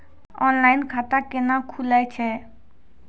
Online खाता केना खुलै छै?